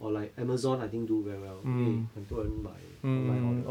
or like Amazon I think do very well 因为很多人买 online order